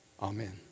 Amen